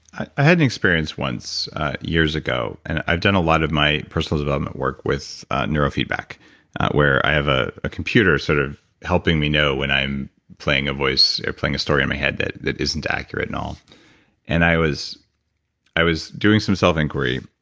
i i had an experience once years ago, and i've done a lot of my personal development work with neurofeedback where i have a a computer sort of helping me know when i'm playing a voice or playing a story in my head that that isn't accurate and um and all. i was doing some self inquiry,